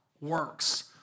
works